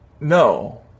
no